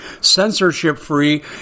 censorship-free